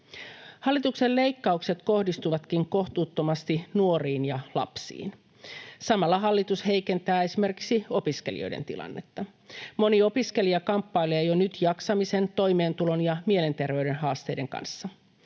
Hallituksen leikkaukset kohdistuvatkin kohtuuttomasti nuoriin ja lapsiin. Samalla hallitus heikentää esimerkiksi opiskelijoiden tilannetta. Moni opiskelija kamppailee jo nyt jaksamisen, toimeentulon ja mielenterveyden haasteiden kanssa.